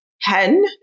hen